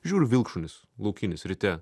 žiūri vilkšunis laukinis ryte